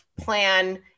plan